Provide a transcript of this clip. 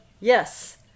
Yes